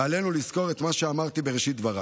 ועלינו לזכור את מה שאמרתי בראשית דבריי: